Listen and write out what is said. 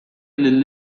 lill